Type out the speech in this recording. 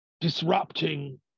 disrupting